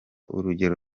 urugero